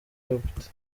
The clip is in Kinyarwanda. capt